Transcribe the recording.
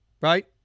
Right